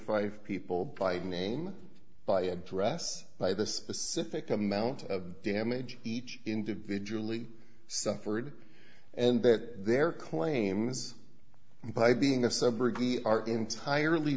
five people by name by address by the specific amount of damage each individually suffered and that their claims by being a celebrity are entirely